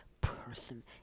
person